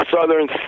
Southern